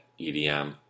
EDM